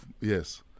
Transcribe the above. yes